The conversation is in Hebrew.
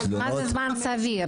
ומה זה זמן סביר?